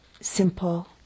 simple